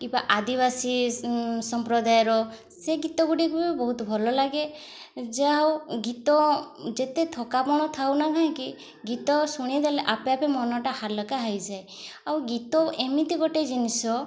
କିମ୍ବା ଆଦିବାସୀ ସମ୍ପ୍ରଦାୟର ସେ ଗୀତ ଗୁଡ଼ିକୁ ବି ବହୁତ ଭଲ ଲାଗେ ଯାହା ହଉ ଗୀତ ଯେତେ ଥକାପଣ ଥାଉ ନା କାହିଁକି ଗୀତ ଶୁଣିଦେଲେ ଆପେ ଆପେ ମନଟା ହାଲକା ହେଇଯାଏ ଆଉ ଗୀତ ଏମିତି ଗୋଟେ ଜିନିଷ